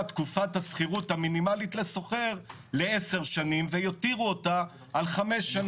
תקופת השכירות המינימלית לשוכר לעשר שנים ויותירו אותה לחמש שנים.